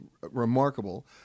remarkable